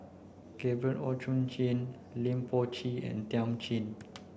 Gabriel Oon Chong Jin Lim Chor Pee and Thiam Chin